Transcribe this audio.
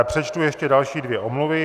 Přečtu ještě další dvě omluvy.